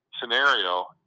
scenario